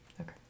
Okay